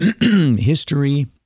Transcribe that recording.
history